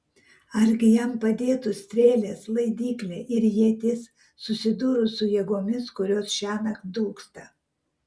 argi jam padėtų strėlės laidyklė ir ietis susidūrus su jėgomis kurios šiąnakt dūksta